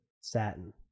satin